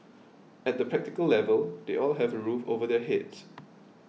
at the practical level they all have a roof over their heads